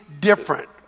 different